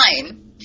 fine